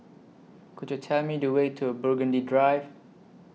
Could YOU Tell Me The Way to Burgundy Drive